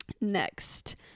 next